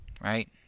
right